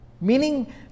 meaning